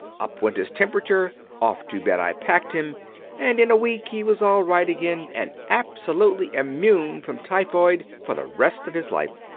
up went his temperature off to bed i packed him and in a week he was all right again, and absolutely immune from typhoid for the rest of his life.